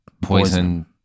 poison